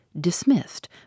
dismissed